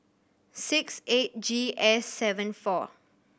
six eight G S seven four